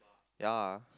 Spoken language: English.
ya